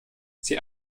sie